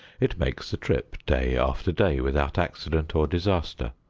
it makes the trip day after day without accident or disaster.